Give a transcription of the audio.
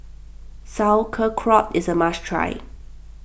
Sauerkraut is a must try